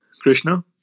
Krishna